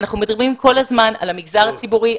אנחנו מדברים כל הזמן על המגזר הציבורי,